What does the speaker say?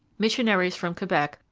missionaries from quebec,